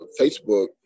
Facebook